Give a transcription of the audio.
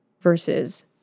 versus